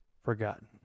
forgotten